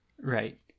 Right